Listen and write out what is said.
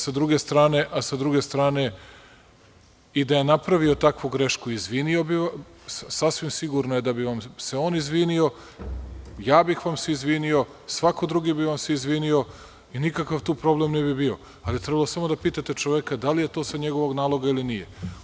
S druge strane, i da je napravio takvu grešku, sasvim sigurno je da bi vam se on izvinio, ja bih vam se izvinio i svako bi vam se izvinio i nikakav tu problem ne bi bio, ali je trebalo samo da pitate čoveka da li je to sa njegovog naloga ili nije.